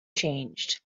changed